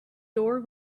door